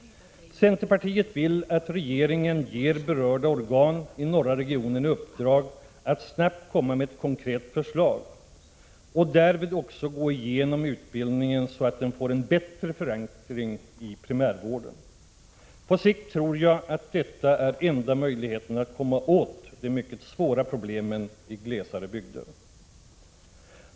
Centerpartiet vill att regeringen ger berörda organ i norra regionen i uppdrag att snabbt komma med ett konkret förslag och därvid också gå igenom utbildningen så att den får en bättre förankring i primärvården. På sikt tror jag att detta är enda möjligheten att komma åt de mycket svåra problemen i glesare bygder.